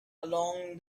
along